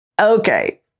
Okay